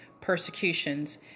persecutions